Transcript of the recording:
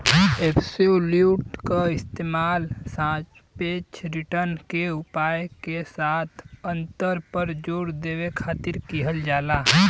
absolute क इस्तेमाल सापेक्ष रिटर्न के उपाय के साथ अंतर पर जोर देवे खातिर किहल जाला